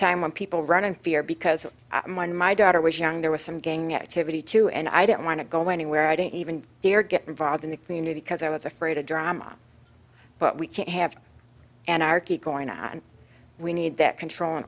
time when people run in fear because i'm when my daughter was young there was some gang activity too and i didn't want to go anywhere i didn't even dare get involved in the community because i was afraid of drama but we can't have an arche going on we need that control